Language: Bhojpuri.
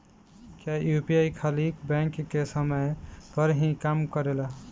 क्या यू.पी.आई खाली बैंक के समय पर ही काम करेला?